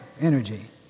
energy